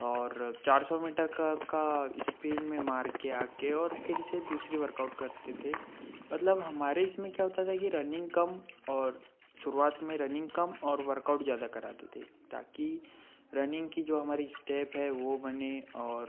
और चार सौ मीटर का का इस्पीड में मारके आके और फिर से दूसरी वर्कआउट करते थे मतलब हमारे इसमें क्या होता कि रनिंग कम और शुरुआत में रनिंग कम और वर्कआउट ज़्यादा कराते थे ताकि रनिंग की जो हमारी स्टेप है वो बने और